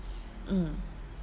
mm